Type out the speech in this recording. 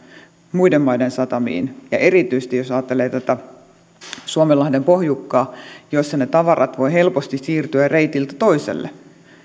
muiden maiden satamiin verrattuna ja erityisesti jos ajattelee tätä suomenlahden pohjukkaa jossa ne tavarat voivat helposti siirtyä reitiltä toiselle